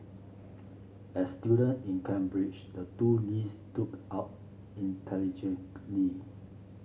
as student in Cambridge the two Lees stood out intelligently